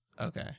Okay